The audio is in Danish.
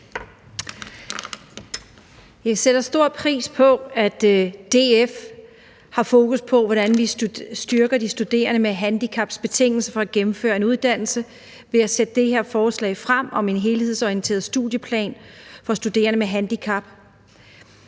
Vi sætter stor pris på, at DF har fokus på, hvordan vi styrker de studerende med handicaps betingelser for at gennemføre en uddannelse ved at fremsætte det her forslag om en helhedsorienteret studieplan for studerende med handicap.